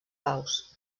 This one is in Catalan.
paus